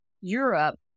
Europe